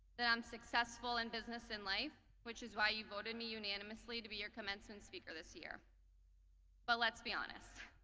that i'm successful and business in life which is why you voted me unanimously to be your commencement speaker this year but but let's be honest,